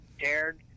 dared